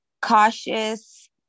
cautious